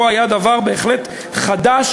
פה היה דבר בהחלט חדש,